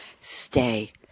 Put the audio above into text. Stay